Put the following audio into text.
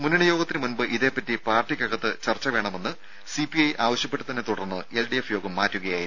മുന്നണി യോഗത്തിനു മുൻപ് ഇതേപറ്റി പാർട്ടിക്കകത്തു ചർച്ച വേണമെന്നു സിപിഐ ആവശ്യപ്പെട്ടതിനെ തുടർന്ന് എൽഡിഎഫ് യോഗം മാറ്റുകയായിരുന്നു